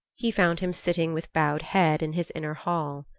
he found him sitting with bowed head in his inner hall.